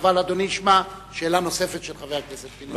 אדוני ישמע שאלה נוספת של חבר הכנסת פינס-פז,